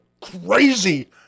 crazy